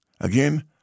Again